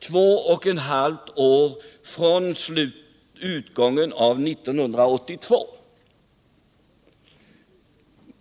två och ett halvt år från utgången av år 1982.